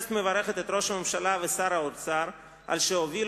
הכנסת מברכת את ראש הממשלה ושר האוצר על שהובילו